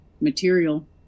material